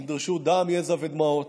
נדרשו דם, יזע ודמעות,